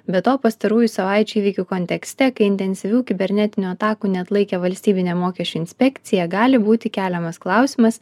be to pastarųjų savaičių įvykių kontekste kai intensyvių kibernetinių atakų neatlaikė valstybinė mokesčių inspekcija gali būti keliamas klausimas